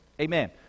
Amen